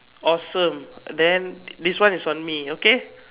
awesome then this one is on me okay